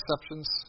exceptions